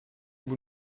vous